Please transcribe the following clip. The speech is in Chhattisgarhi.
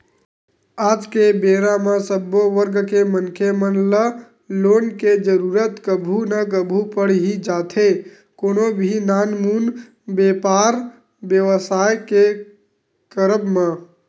आज के बेरा म सब्बो वर्ग के मनखे मन ल लोन के जरुरत कभू ना कभू पड़ ही जाथे कोनो भी नानमुन बेपार बेवसाय के करब म